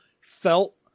felt